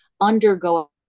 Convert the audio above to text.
undergo